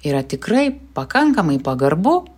yra tikrai pakankamai pagarbu